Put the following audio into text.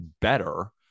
better